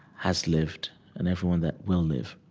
has lived and everyone that will live.